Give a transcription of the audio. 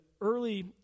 early